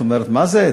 זאת אומרת, מה זה?